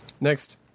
Next